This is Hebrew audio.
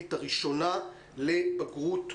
האינטרנטית הראשונה לבגרות בישראל.